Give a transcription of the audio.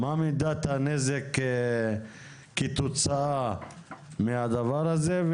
מה מידת הנזק כתוצאה מהדבר הזה.